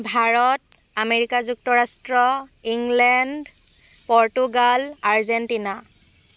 Bharat America যুক্তৰাষ্ট্ৰ England Portugal Argentina